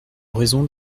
raison